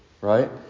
right